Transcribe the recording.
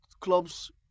clubs